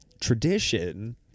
tradition